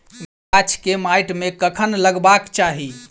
गाछ केँ माइट मे कखन लगबाक चाहि?